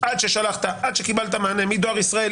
עד ששלחת ועד שקבלת מענה מדואר ישראל,